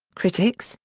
critics,